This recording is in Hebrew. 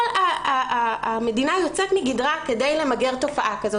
כל המדינה יוצאת מגדרה כדי למגר תופעה כזאת.